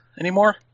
anymore